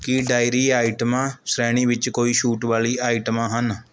ਕੀ dairy ਆਈਟਮਾਂ ਸ਼੍ਰੇਣੀ ਵਿੱਚ ਕੋਈ ਛੂਟ ਵਾਲੀ ਆਈਟਮਾਂ ਹਨ